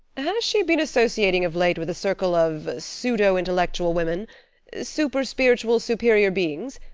has she been associating of late with a circle of pseudo-intellectual women super-spiritual superior beings?